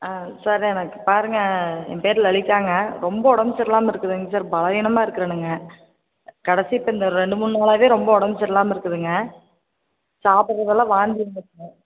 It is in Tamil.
ஆ சார் எனக்கு பாருங்க என் பேர் லலிதாங்க ரொம்ப உடம்பு சரியில்லாம இருக்குதுங்க சார் பலவீனமாக இருக்கிறேனுங்க கடைசி இப்போ இந்த ரெண்டு மூணு நாளாகவே ரொம்ப உடம்பு சரியில்லாம இருக்குதுங்க சாப்பிட்றதெல்லாம் வாந்தி வந்துடுதுங்க